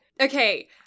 Okay